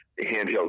handheld